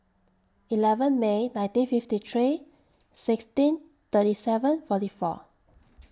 eleven May nineteen fifty three sixteen thirty seven forty four